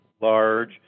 large